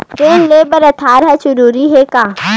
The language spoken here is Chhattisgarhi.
ऋण ले बर आधार ह जरूरी हे का?